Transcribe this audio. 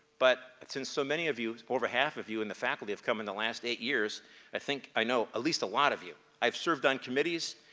but since so many of you, over half of you in the faculty, have come in the last eight years i think i know at least a lot of you. i've served on committees,